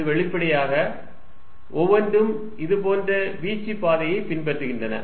இது வெளிப்படையாக ஒவ்வொன்றும் இதுபோன்ற வீச்சுப் பாதையை பின்பற்றுகின்றன